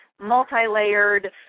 multi-layered